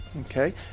Okay